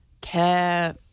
care